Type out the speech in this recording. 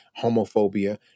homophobia